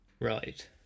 Right